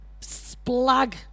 splag